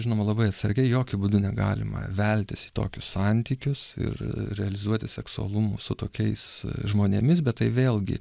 žinoma labai atsargiai jokiu būdu negalima veltis į tokius santykius ir realizuoti seksualumų su tokiais žmonėmis bet tai vėlgi